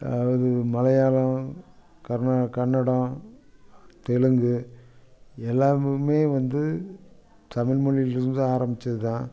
அதாவது மலையாளம் கன்னடம் தெலுங்கு எல்லாமே வந்து தமிழ் மொழியிலிருந்து தான் ஆரம்மிச்சதுதான்